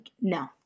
No